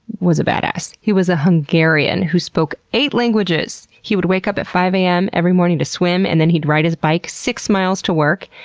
was a badass. he was a hungarian who spoke eight languages! he would wake up at five am every morning to swim and then he'd ride his bike six miles to work,